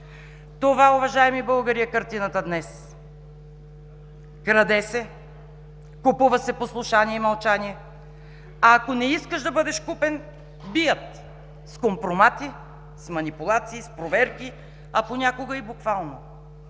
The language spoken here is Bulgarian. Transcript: Това, уважаеми българи, е картината днес. Краде се, купува се послушание, мълчание, а ако не искаш да бъдеш купен – бият с компромати, с манипулации, с проверки, а понякога и буквално.